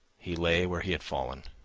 he lay where he had fallen,